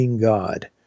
God